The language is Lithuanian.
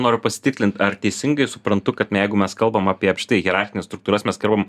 noriu pasitikslint ar teisingai suprantu kad na jeigu mes kalbam apie štai hierarchines struktūras mes kalbam